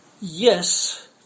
yes